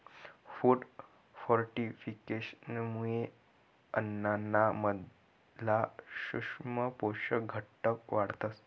food फोर्टिफिकेशनमुये अन्नाना मधला सूक्ष्म पोषक घटक वाढतस